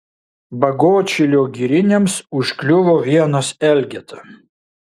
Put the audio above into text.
bagotšilio giriniams užkliuvo vienas elgeta